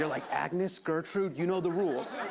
like, agnes, gertrude, you know the rules.